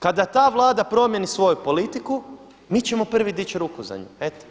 Kada ta Vlada promijeni svoju politiku, mi ćemo prvi dići ruku za nju, eto.